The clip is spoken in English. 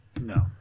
No